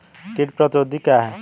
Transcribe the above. कीट प्रतिरोधी क्या है?